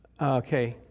Okay